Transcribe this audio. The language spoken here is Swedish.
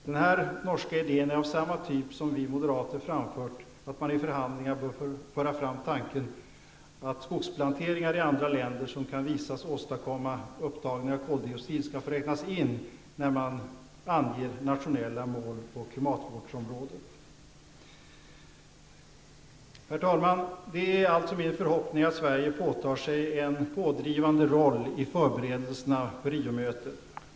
Denna norska idé är av samma typ som den vi moderater framfört, att man i förhandlingar bör föra fram tanken att skogsplanteringar i andra länder, som kan visas åstadkomma upptagning av koldioxid, skall få räknas in när man anger nationella mål på klimatvårdsområdet. Herr talman! Det är alltså min förhoppning att Sverige påtar sig en pådrivande roll i förberedelserna för Riomötet.